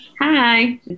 Hi